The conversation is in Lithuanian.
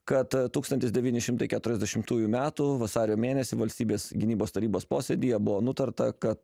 kad tūkstantis devyni šimtai keturiasdešimtųjų metų vasario mėnesį valstybės gynybos tarybos posėdyje buvo nutarta kad